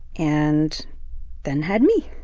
and then had me.